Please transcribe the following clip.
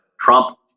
Trump